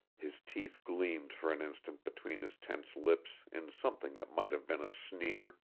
his teeth gleamed for an instant between his tense lips in something that might have been a sneer.